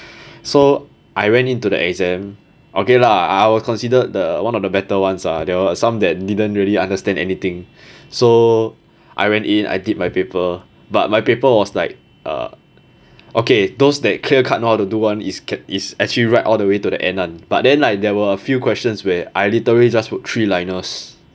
so I went into the exam okay lah I was considered the one of the better ones ah there was some that didn't really understand anything so I went in I did my paper but my paper was like uh okay those that clear cut know how to do one is actually write all the way to the end one but then like there were a few questions where I literally just wrote three liners